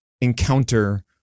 encounter